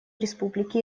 республики